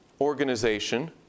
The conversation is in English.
organization